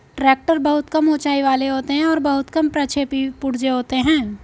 tractor बहुत कम ऊँचाई वाले होते हैं और बहुत कम प्रक्षेपी पुर्जे होते हैं